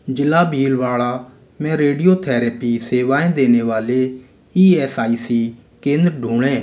ज़िला भीलवाड़ा में रेडियोथेरेपी सेवाएँ देने वाले ई एस आई सी केंद्र ढूँढें